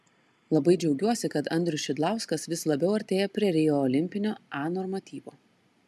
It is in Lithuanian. labai džiaugiuosi kad andrius šidlauskas vis labiau artėja prie rio olimpinio a normatyvo